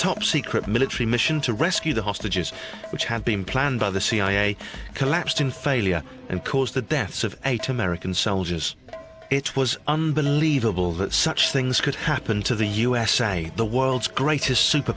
top secret military mission to rescue the hostages which had been planned by the cia collapsed in failure and caused the deaths of eight american soldiers it was unbelievable that such things could happen to the usa the world's greatest super